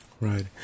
Right